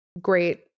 great